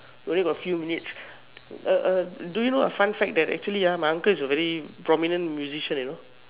only got a few minutes a a do you know a fun fact actually my uncle is a very prominent musician you know